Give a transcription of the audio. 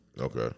Okay